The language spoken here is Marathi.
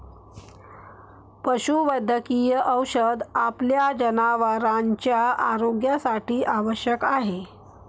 पशुवैद्यकीय औषध आपल्या जनावरांच्या आरोग्यासाठी आवश्यक आहे